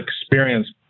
experience